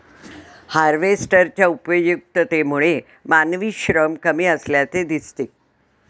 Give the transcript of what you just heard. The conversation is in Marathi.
हार्वेस्टरच्या उपयुक्ततेमुळे मानवी श्रम कमी असल्याचे दिसते